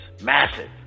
Massive